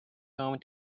home